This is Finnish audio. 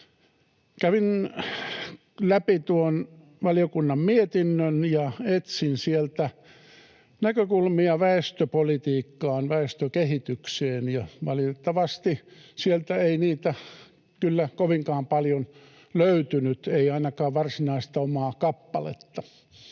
Kävin läpi tuon valiokunnan mietinnön ja etsin sieltä näkökulmia väestöpolitiikkaan, väestökehitykseen, ja valitettavasti sieltä ei niitä kyllä kovinkaan paljon löytynyt, ei ainakaan varsinaista omaa kappaletta.